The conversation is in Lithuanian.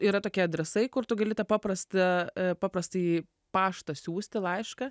yra tokie adresai kur tu gali tą paprastą paprastąjį paštą siųsti laišką